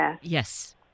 yes